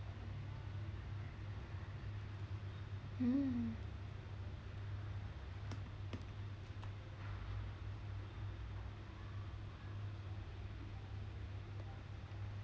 mm